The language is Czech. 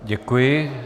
Děkuji.